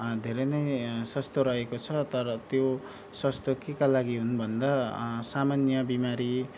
धेरै नै स्वास्थ्य रहेको छ तर त्यो स्वास्थ्य केका लागि हुन् भन्दा सामान्य बिमारी